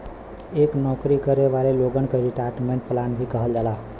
एके नौकरी करे वाले लोगन क रिटायरमेंट प्लान भी कहल जाला